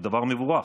זה דבר מבורך,